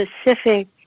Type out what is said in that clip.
specific